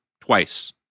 twice